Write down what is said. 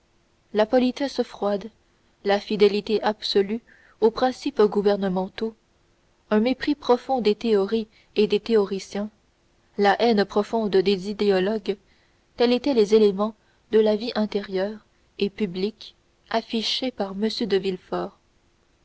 la politesse froide la fidélité absolue aux principes gouvernementaux un mépris profond des théories et des théoriciens la haine profonde des idéologues tels étaient les éléments de la vie intérieure et publique affichés par m de